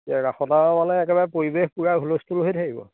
এতিয়া ৰাসত আৰু মানে একেবাৰে পৰিৱেশ পূৰা হুলস্থুল হৈ থাকিব